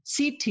CT